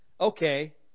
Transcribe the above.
okay